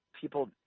people